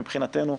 מבחינתנו,